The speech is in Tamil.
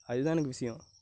அதுதான் எனக்கு விஷயோம்